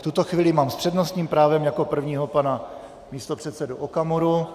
V tuto chvíli mám s přednostním právem jako prvního pana místopředsedu Okamuru.